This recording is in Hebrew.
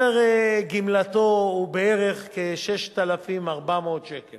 שגמלתו היא בערך 6,400 שקל